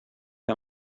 him